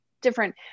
different